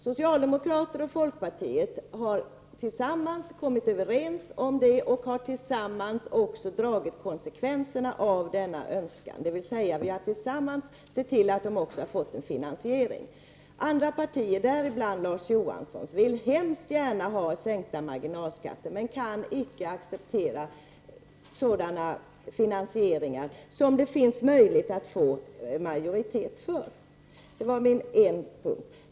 Socialdemokraterna och folkpartiet har kommit överens härom och har tillsammans också dragit konsekvenserna av denna önskan, dvs. vi har tillsammans sett till att förslaget också har fått en finansiering. Andra partier, däribland Larz Johanssons, vill mycket gärna ha sänkta marginalskatter men kan icke acceptera sådana finansieringar som det finns möjlighet att få majoritet för.